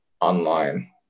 Online